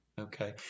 Okay